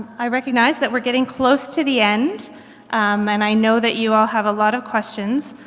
i recognize that we're getting close to the end um and i know that you all have a lot of questions,